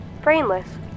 brainless